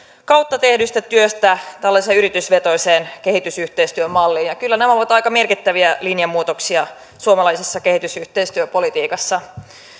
kautta tehdystä työstä tällaiseen yritysvetoiseen kehitysyhteistyömalliin ja kyllä nämä ovat aika merkittäviä linjamuutoksia suomalaisessa kehitysyhteistyöpolitiikassa